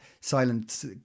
silent